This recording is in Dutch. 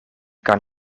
kan